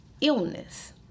illness